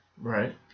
Right